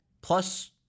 Plus